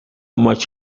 much